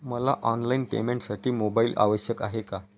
मला ऑनलाईन पेमेंटसाठी मोबाईल आवश्यक आहे का?